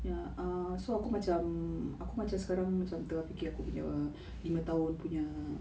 ya err so aku macam aku macam sekarang macam tengah fikir aku punya lima tahun punya